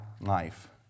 life